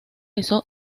eso